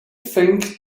think